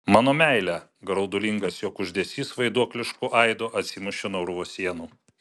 mano meile graudulingas jo kuždesys vaiduoklišku aidu atsimušė nuo urvo sienų